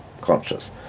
conscious